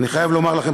אני חייב לומר לכם,